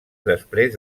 després